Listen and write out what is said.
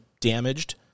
damaged